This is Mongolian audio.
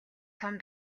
том